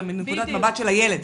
אלא מנקודת מבט של הילד.